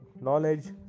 knowledge